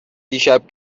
دیشب